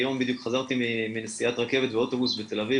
היום בדיוק חזרתי מנסיעת רכבת באוטובוס בתל-אביב,